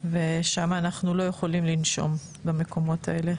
ושם אנחנו לא יכולים לנשום במקומות האלה.